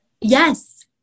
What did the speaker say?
Yes